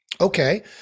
Okay